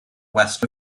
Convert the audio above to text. west